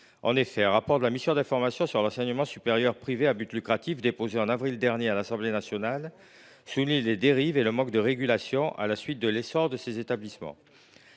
En effet, un rapport de la mission d’information sur l’enseignement supérieur privé à but lucratif déposé en avril dernier à l’Assemblée nationale souligne les dérives et le manque de régulation à la suite de l’essor de ces établissements.